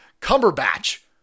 Cumberbatch